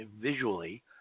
visually